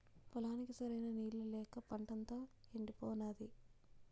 పొలానికి సరైన నీళ్ళు లేక పంటంతా యెండిపోనాది